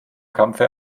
kampfe